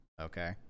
Okay